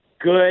good